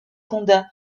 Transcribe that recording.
condat